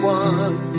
one